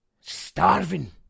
starving